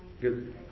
Good